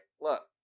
look